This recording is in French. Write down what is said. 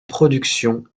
production